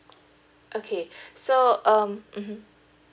okay so um mmhmm